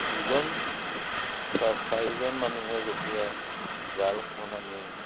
দুজন বা চাৰিজন মানুহে যেতিয়া জালখন আমি